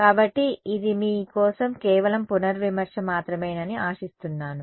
కాబట్టి ఇది మీ కోసం కేవలం పునర్విమర్శ మాత్రమేనని ఆశిస్తున్నాము